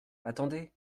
attendez